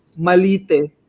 Malite